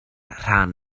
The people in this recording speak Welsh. rhan